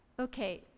Okay